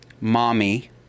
mommy